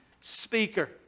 speaker